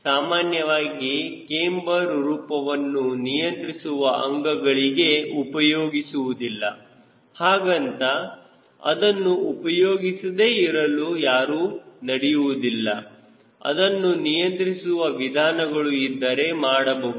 ಸಾಮಾನ್ಯವಾಗಿ ಕ್ಯಾಮ್ಬರ್ ರೂಪವನ್ನು ನಿಯಂತ್ರಿಸುವ ಅಂಗಗಳಿಗೆ ಉಪಯೋಗಿಸುವುದಿಲ್ಲ ಹಾಗಂತ ಅದನ್ನು ಉಪಯೋಗಿಸದೆ ಇರಲು ಯಾರು ನಡೆಯುವುದಿಲ್ಲ ಅದನ್ನು ನಿಯಂತ್ರಿಸುವ ವಿಧಾನಗಳು ಇದ್ದರೆ ಮಾಡಬಹುದು